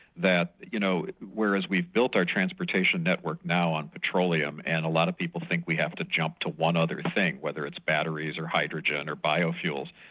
that you know whereas we've built our transportation network now on petroleum, and a lot of people think we have to jump to one other thing, whether it's batteries or hydrogen or biofuels.